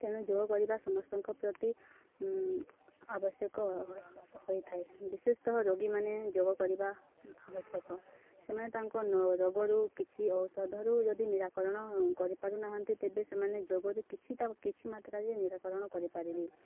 ତେଣୁ ଯୋଗ କରିବା ସମସ୍ତଙ୍କ ପ୍ରତି ଆବଶ୍ୟକ ହୋଇଥାଏ ବିଶେଷତଃ ରୋଗୀମାନେ ଯୋଗ କରିବା ଆବଶ୍ୟକ ସେମାନେ ତାଙ୍କ ରୋଗରୁ କିଛି ଔଷଧରୁ ଯଦି ନିରାକରଣ କରିପାରୁନାହାନ୍ତି ତେବେ ସେମାନେ ଯୋଗରୁ କିଛି ତା କିଛି ମାତ୍ରାରେ ନିରାକରଣ କରିପାରିବେ